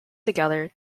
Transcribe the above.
together